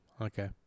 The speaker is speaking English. okay